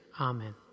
Amen